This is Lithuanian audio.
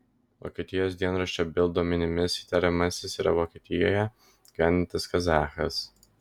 vokietijos dienraščio bild duomenimis įtariamasis yra vokietijoje gyvenantis kazachas